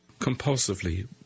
compulsively